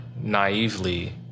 naively